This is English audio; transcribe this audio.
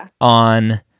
on